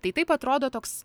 tai taip atrodo toks